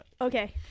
Okay